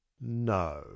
No